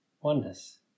Oneness